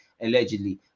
Allegedly